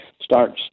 starts